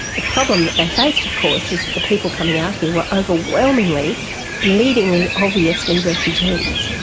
the problem that they faced, of course, is that the people coming out here were overwhelmingly bleedingly obviously refugees.